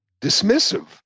dismissive